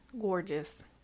Gorgeous